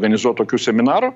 organizuot tokių seminarų